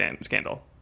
scandal